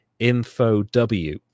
InfoW